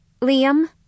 Liam